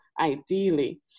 ideally